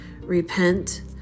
repent